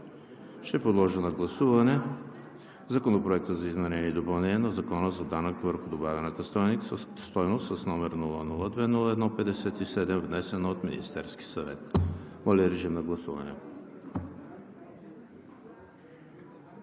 Ще подложа на гласуване Законопроект за изменение и допълнение на Закона за данък върху добавената стойност, № 002-01-57, внесен от Министерския съвет. Гласували